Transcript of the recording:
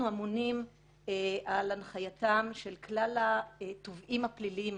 אמונים על הנחייתם של כלל התובעים הפליליים